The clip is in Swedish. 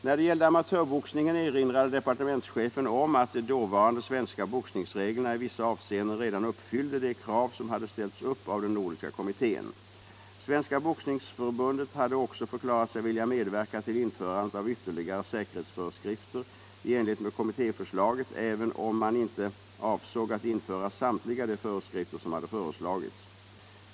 När det gällde amatörboxningen erinrade departementschefen om att de dåvarande svenska boxningsreglerna i vissa avseenden redan uppfyllde de krav som hade ställts upp av den nordiska kommittén. Svenska boxningsförbundet hade också förklarat sig vilja medverka till införandet av ytterligare säkerhetsföreskrifter i enlighet med kommittéförslaget, även om man inte avsåg att införa samtliga de föreskrifter som hade föreslagits.